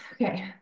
Okay